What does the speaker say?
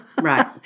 Right